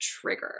trigger